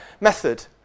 method